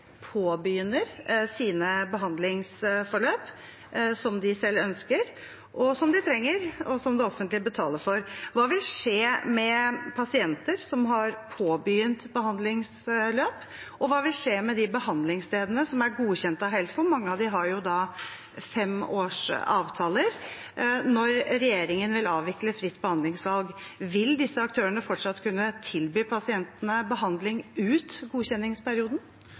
påbegynner sine behandlingsforløp – som de selv ønsker, som de trenger, og som det offentlige betaler for. Hva vil skje med pasienter som har påbegynt behandlingsløp, og hva vil skje med de behandlingsstedene som er godkjent av Helfo? Mange av dem har 5-årsavtaler. Når regjeringen vil avvikle fritt behandlingsvalg, vil disse aktørene fortsatt kunne tilby pasientene behandling ut godkjenningsperioden?